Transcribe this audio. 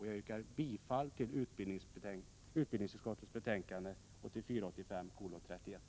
Jag yrkar bifall till utskottets hemställan i betänkande 1984/85:31.